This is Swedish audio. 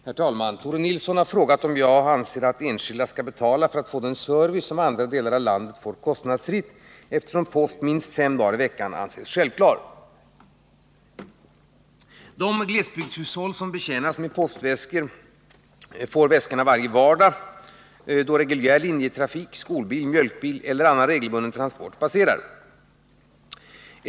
Herr talman! Tore Nilsson har frågat om jag anser att enskilda skall betala för att få den service som andra delar av landet får kostnadsfritt, eftersom post minst fem dagar i veckan anses självklar. vardag då reguljär linjetrafik, skolbil, mjölkbil eller annan regelbunden transport passerar.